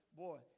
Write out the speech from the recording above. boy